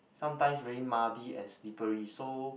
sometimes very muddy and slippery so